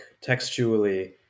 textually